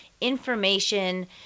information